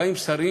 באים שרים